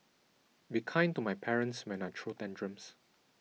be kind to my parents when I throw tantrums